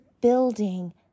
building